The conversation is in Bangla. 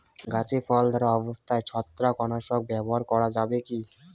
গাছে ফল ধরা অবস্থায় ছত্রাকনাশক ব্যবহার করা যাবে কী?